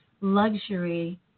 luxury